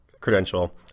credential